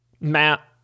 Matt